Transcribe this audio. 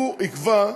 הוא יקבע,